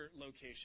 location